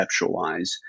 conceptualize